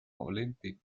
olympic